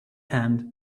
hand